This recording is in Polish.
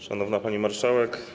Szanowna Pani Marszałek!